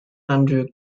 andrew